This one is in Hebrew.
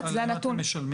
זה הנתון